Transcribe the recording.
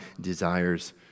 desires